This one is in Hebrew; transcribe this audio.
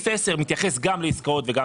פסקה (10) מתייחסת גם לעסקאות וגם